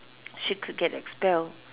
she could get expel